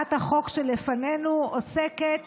הצעת החוק שלפנינו עוסקת